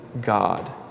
God